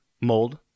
mold